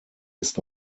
ist